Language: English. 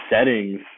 settings